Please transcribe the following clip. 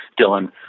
Dylan